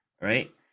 right